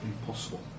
impossible